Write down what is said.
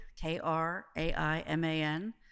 K-R-A-I-M-A-N